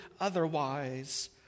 otherwise